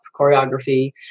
choreography